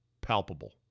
palpable